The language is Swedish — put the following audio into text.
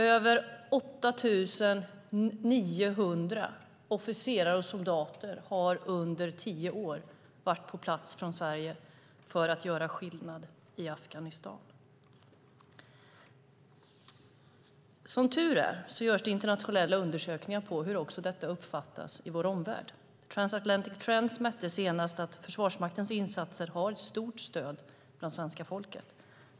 Över 8 900 officerare och soldater har under tio år varit på plats från Sverige för att göra skillnad i Afghanistan. Som tur är görs internationella undersökningar av hur detta uppfattas i vår omvärld. Transatlantic Trends mätning senast visar att Försvarsmaktens insatser har ett stort stöd bland svenska folket.